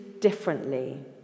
differently